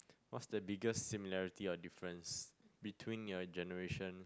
what's the biggest similarity or difference between your generation